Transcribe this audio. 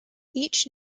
each